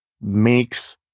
makes